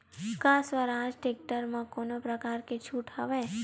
का स्वराज टेक्टर म कोनो प्रकार के छूट हवय?